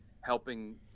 helping